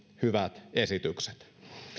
hyvät esitykset